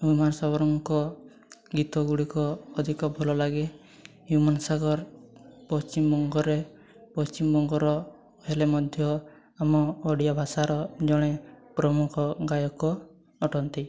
human ସାଗରଙ୍କ ଗୀତ ଗୁଡ଼ିକ ଅଧିକ ଭଲ ଲାଗେ ହ୍ୟୁମାନ ସାଗର ପଶ୍ଚିମବଙ୍ଗରେ ପଶ୍ଚିମବଙ୍ଗର ହେଲେ ମଧ୍ୟ ଆମ ଓଡ଼ିଆ ଭାଷାର ଜଣେ ପ୍ରମୁଖ ଗାୟକ ଅଟନ୍ତି